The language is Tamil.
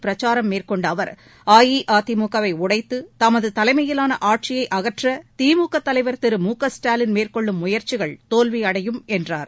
பிரச்சாரம் மேற்கொண்ட அவா் அஇஅதிமுக வை உடைத்து தமது தலைமையிலான ஆட்சியை அகற்ற திமுக தலைவர் திரு மு க ஸ்டாலின் மேற்கொள்ளும் முயற்சிகள் தோல்வியடையும் என்றார்